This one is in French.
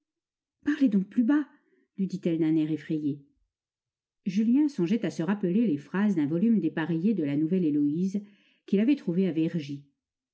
parlez donc plus bas lui dit-elle d'un air effrayé julien songeait à se rappeler les phrases d'un volume dépareillé de la nouvelle héloïse qu'il avait trouvé à